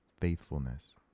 faithfulness